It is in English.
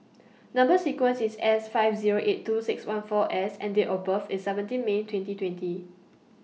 Number sequence IS S five Zero eight two six one four S and Date of birth IS seventeen May twenty twenty